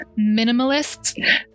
minimalists